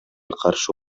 каршы